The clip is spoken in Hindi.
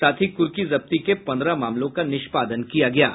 साथ ही कुर्की जब्ती के पन्द्रह मामलों का निष्पादन किया गया है